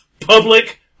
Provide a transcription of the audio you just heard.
public